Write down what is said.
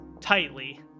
tightly